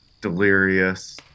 delirious